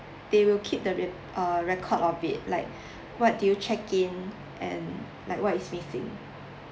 they will keep the re~ uh record of it like what do you check in and like what is missing